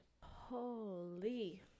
Holy